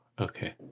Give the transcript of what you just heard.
okay